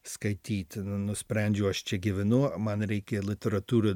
skaityti nusprendžiau aš čia gyvenu man reikia literatūrą